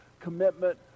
commitment